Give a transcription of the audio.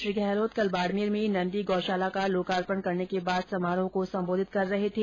श्री गहलोत कल बाड़मेर में नंदी गौशाला का लोकार्पण करने के बाद समारोह को संबोधित कर रहे थे